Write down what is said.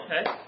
okay